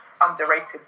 underrated